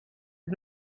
the